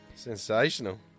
Sensational